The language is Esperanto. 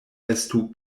estu